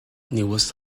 newest